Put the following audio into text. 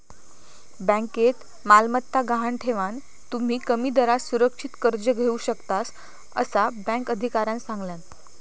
बँकेत मालमत्ता गहाण ठेवान, तुम्ही कमी दरात सुरक्षित कर्ज घेऊ शकतास, असा बँक अधिकाऱ्यानं सांगल्यान